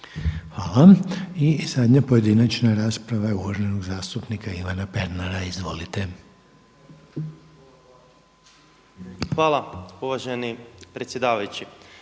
Hvala. I zadnja pojedinačna rasprava je uvaženog zastupnika Ivana Pernara. Izvolite. **Pernar, Ivan (Živi